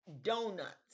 donuts